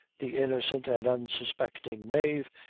the innocent and unsuspecting mave,